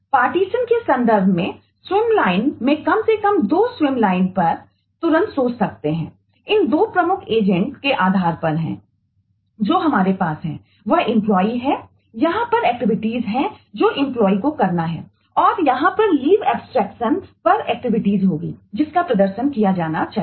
partition होंगी जिसका प्रदर्शन किया जाना चाहिए